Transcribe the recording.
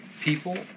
people